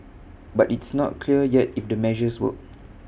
but it's not clear yet if the measures work